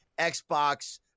Xbox